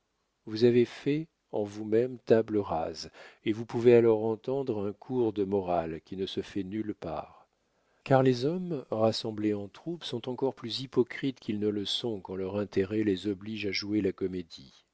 vous avez fait en vous-même table rase et vous pouvez alors entendre un cours de morale qui ne se fait nulle part car les hommes rassemblés en troupe sont encore plus hypocrites qu'ils ne le sont quand leur intérêt les oblige à jouer la comédie